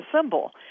symbol